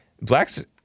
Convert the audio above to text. Blacks